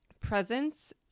presence